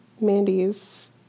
Mandy's